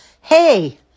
Hey